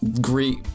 great